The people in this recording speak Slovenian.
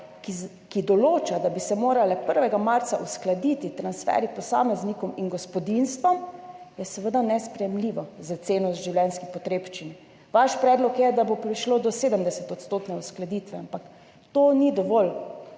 ki določa, da bi se morali 1. marca uskladiti transferji posameznikom in gospodinjstvom, je seveda nesprejemljivo za ceno življenjskih potrebščin. Vaš predlog je, da bo prišlo do 70-odstotne uskladitve, ampak to ni dovolj.